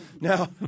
Now